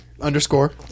Underscore